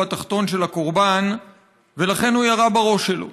התחתון של הקורבן ולכן הוא ירה בראש שלו.